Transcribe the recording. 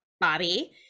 Bobby